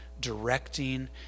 directing